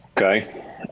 Okay